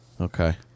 Okay